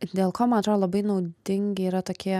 ir dėl ko man atrodo labai naudingi yra tokie